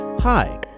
Hi